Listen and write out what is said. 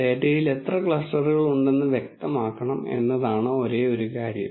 ഡാറ്റയിൽ എത്ര ക്ലസ്റ്ററുകൾ ഉണ്ടെന്ന് വ്യക്തമാക്കണം എന്നതാണ് ഒരേയൊരു കാര്യം